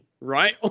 right